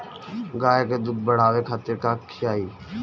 गाय के दूध बढ़ावे खातिर का खियायिं?